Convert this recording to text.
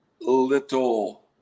little